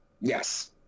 Yes